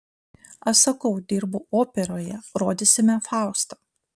aš sakau dirbu operoje rodysime faustą